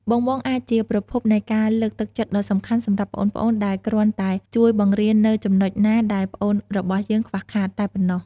បងៗអាចជាប្រភពនៃការលើកទឹកចិត្តដ៏សំខាន់សម្រាប់ប្អូនៗដែលគ្រាន់តែជួយបង្រៀននូវចំណុចណាដែលប្អូនរបស់យើងខ្វះខាតតែប៉ុណ្ណោះ ។